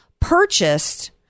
purchased